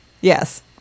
Yes